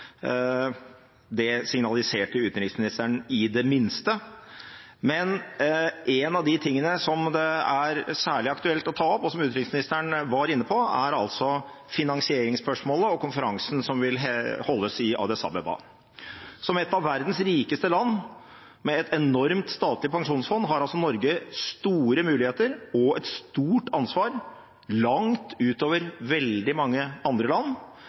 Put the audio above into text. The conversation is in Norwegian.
det signaliserte utenriksministeren i det minste. Men en av de tingene som det er særlig aktuelt å ta opp, og som utenriksministeren var inne på, er altså finansieringsspørsmålet og konferansen som vil holdes i Addis Abeba. Som et av verdens rikeste land, med et enormt statlig pensjonsfond, har Norge store muligheter og et stort ansvar – langt utover veldig mange andre land